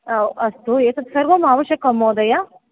ओ अस्तु एतत् सर्वं आवश्यकं महोदय